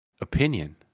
Opinion